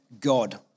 God